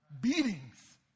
Beatings